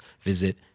visit